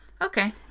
Okay